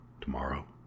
tomorrow